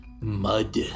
mud